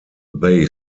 they